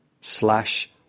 slash